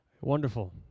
Wonderful